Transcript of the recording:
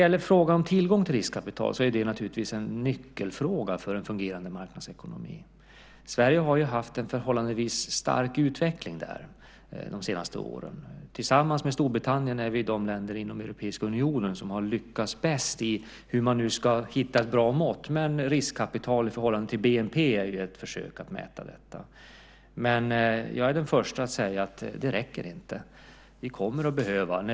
Frågan om tillgång till riskkapital är naturligtvis en nyckelfråga för en fungerande marknadsekonomi. Sverige har haft en förhållandevis stark utveckling där under de senaste åren. Tillsammans med Storbritannien är Sverige det land i den europeiska unionen som har lyckats bäst. Jag vet inte hur man ska hitta ett bra mått, men riskkapital i förhållande till bnp är ett sätt att försöka mäta detta. Jag är den förste att säga att det här inte räcker.